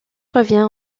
revient